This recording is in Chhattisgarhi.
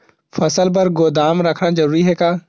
फसल बर गोदाम रखना जरूरी हे का?